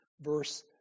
Verse